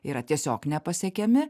yra tiesiog nepasiekiami